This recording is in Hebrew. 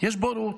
יש בורות.